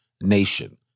nation